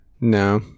No